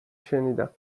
شنیدم